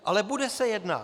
Ale bude se jednat.